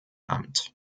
amt